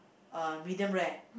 uh medium rare